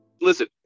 Listen